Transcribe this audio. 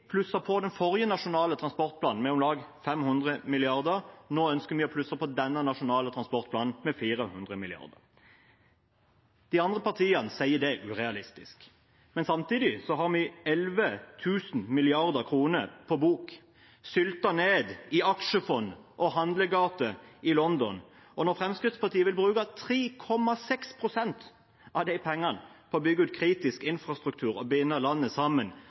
på den forrige nasjonale transportplanen med om lag 500 mrd. kr. Nå ønsker vi å plusse på denne nasjonale transportplanen med 400 mrd. kr. De andre partiene sier det er urealistisk. Men samtidig har vi 11 000 mrd. kr på bok, syltet ned i aksjefond og handlegate i London. Når Fremskrittspartiet vil bruke 3,6 pst. av de pengene til å bygge ut kritisk infrastruktur og binde landet sammen,